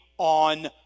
On